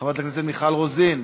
חברת הכנסת מיכל רוזין,